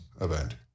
Event